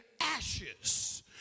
ashes